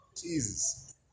Jesus